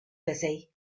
busy